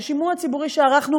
של שימוע ציבורי שערכנו,